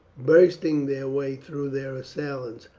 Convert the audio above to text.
bursting their way through their assailants,